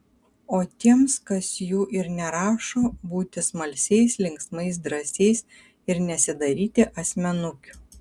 o tiems kas jų ir nerašo būti smalsiais linksmais drąsiais ir nesidaryti asmenukių